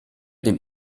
dem